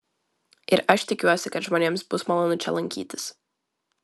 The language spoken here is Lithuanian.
ir aš tikiuosi kad žmonėms bus malonu čia lankytis